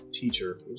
teacher